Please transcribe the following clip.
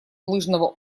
лыжного